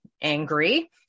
angry